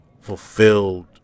fulfilled